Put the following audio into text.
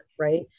Right